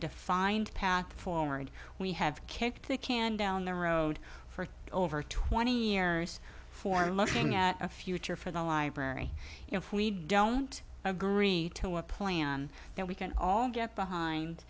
defined path forward we have kicked the can down the road for over twenty years for looking at a future for the library if we don't agree to a plan that we can all get behind